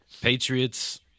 Patriots